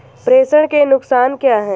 प्रेषण के नुकसान क्या हैं?